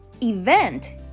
event